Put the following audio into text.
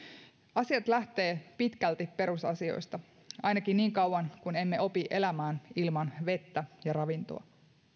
asiat lähtevät pitkälti perusasioista ainakin niin kauan kun emme opi elämään ilman vettä ja ravintoa